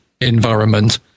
environment